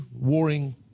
warring